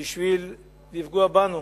בשביל לפגוע בנו,